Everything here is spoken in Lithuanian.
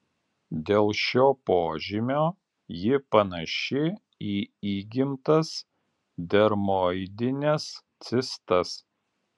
dėl šio požymio ji panaši į įgimtas dermoidines cistas